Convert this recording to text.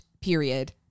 period